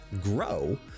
grow